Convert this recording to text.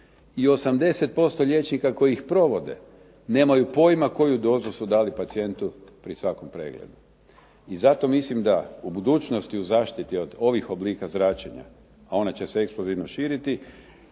i 80% liječnika koji ih provode nemaju pojma koju dozu su dali pacijentu pri svakom pregledu. I zato mislim da u budućnosti u zaštiti od ovih oblika zračenja a ona će se eksplozivno širiti